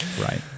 Right